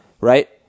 Right